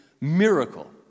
miracle